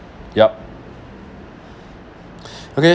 yup okay